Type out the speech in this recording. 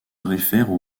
réfèrent